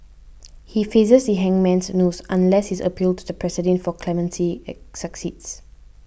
he faces the hangman's noose unless his appeal to the President for clemency succeeds